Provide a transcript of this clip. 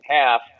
half